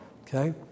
Okay